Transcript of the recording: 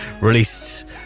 released